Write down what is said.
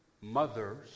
mothers